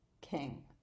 king